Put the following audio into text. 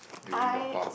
I